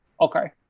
okay